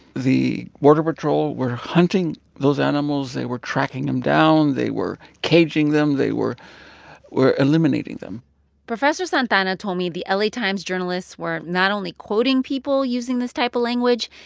the border patrol were hunting those animals. they were tracking them down. they were caging them. they were were eliminating them professor santa ana told me the la times journalists were not only quoting people using this type of language,